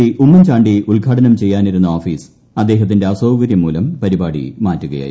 ് ഉമ്മൻചാണ്ടി ഉദ്ഘാടനം ചെയ്യാനിരുന്ന ഓഫിസ് അദ്ദേഹത്തിന്റെ അസൌകര്യം മൂലം പരിപാടി മാറ്റുകയായിരുന്നു